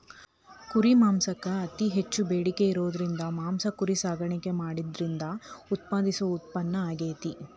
ಕುರಿ ಮಾಂಸಕ್ಕ್ ಅತಿ ಹೆಚ್ಚ್ ಬೇಡಿಕೆ ಇರೋದ್ರಿಂದ ಮಾಂಸ ಕುರಿ ಸಾಕಾಣಿಕೆ ಮಾಡೋದ್ರಿಂದ ಉತ್ಪಾದಿಸೋ ಉತ್ಪನ್ನ ಆಗೇತಿ